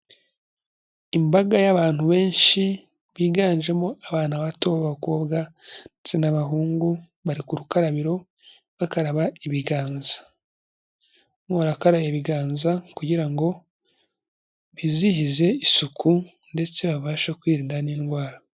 Imbaga y'abantu benshi biganjemo abana bato b'abakobwa ndetse n'abahungu bari ku rukarabiro, bakaraba ibiganza. Barimo barakara ibiganza kugira ngo bizihize isuku ndetse babashe kwirinda n'indwara.